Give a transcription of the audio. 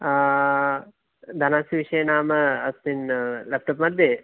धनस्य विषये नाम अस्मिन् लेप्टाप् मध्ये